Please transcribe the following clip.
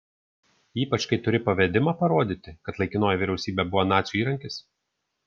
ypač kai turi pavedimą parodyti kad laikinoji vyriausybė buvo nacių įrankis